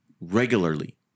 regularly